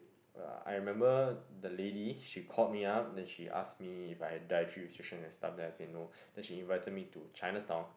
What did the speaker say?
uh I remember the lady she called me up then she asks me if I have dietary restriction and stuff then I say no then she invited me to Chinatown